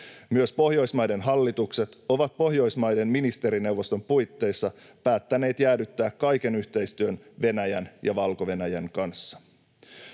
Myös Pohjoismaiden hallitukset ovat Pohjoismaiden ministerineuvoston puitteissa päättäneet jäädyttää kaiken yhteistyön Venäjän ja Valko-Venäjän kanssa.